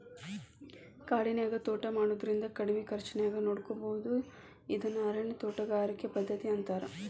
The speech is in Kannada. ಕಾಡಿನ್ಯಾಗ ತೋಟಾ ಮಾಡೋದ್ರಿಂದ ಕಡಿಮಿ ಖರ್ಚಾನ್ಯಾಗ ನೋಡ್ಕೋಬೋದು ಇದನ್ನ ಅರಣ್ಯ ತೋಟಗಾರಿಕೆ ಪದ್ಧತಿ ಅಂತಾರ